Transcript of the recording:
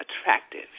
attractive